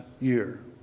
year